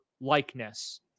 likeness